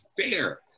fair